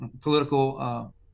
political